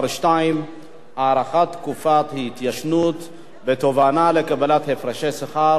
(הארכת תקופת ההתיישנות בתובענה לקבלת הפרשי שכר או גמול אחר),